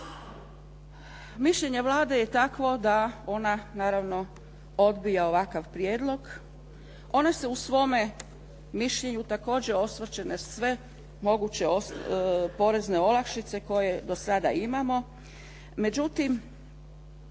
Mišljenje Vlade je takvo da ona naravno odbija ovakav prijedlog, ona se u svome mišljenju također osvrće na sve moguće porezne olakšice koje do sada imamo.